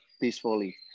peacefully